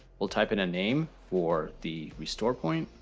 we'll type in a name for the restore point.